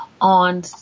on